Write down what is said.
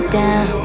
down